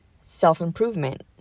self-improvement